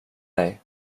dig